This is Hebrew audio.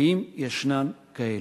אם ישנן כאלה.